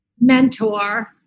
mentor